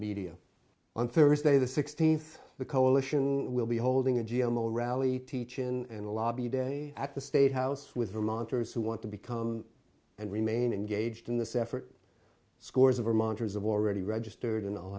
media on thursday the sixteenth the coalition will be holding a g m o rally teach in the lobby day at the state house with the monitors who want to become and remain engaged in this effort scores of our monitors have already registered and